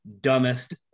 Dumbest